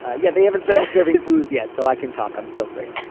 yeah. they haven't said i'm serving booze yet so i can talk i'm still free